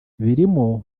birimo